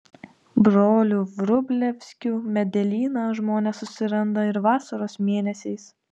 brolių vrublevskių medelyną žmonės susiranda ir vasaros mėnesiais